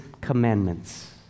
commandments